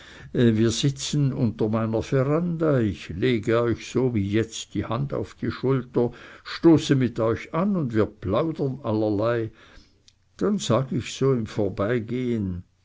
wir sitzen unter meiner veranda ich lege euch so wie jetzt die hand auf die schulter stoße mit euch an und wir plaudern allerlei dann sag ich so im vorbeigehen